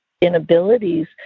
inabilities